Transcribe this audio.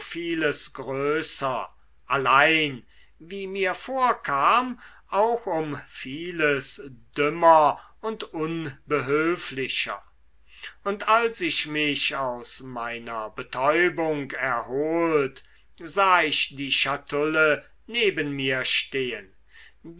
vieles größer allein wie mir vorkam auch um vieles dümmer und unbehülflicher und als ich mich aus meiner betäubung erholt sah ich die schatulle neben mir stehen